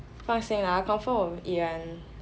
放心啦 lah I confirm will eat one